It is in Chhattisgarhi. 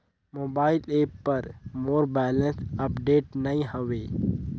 मोबाइल ऐप पर मोर बैलेंस अपडेट नई हवे